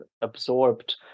absorbed